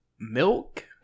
Milk